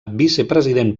vicepresident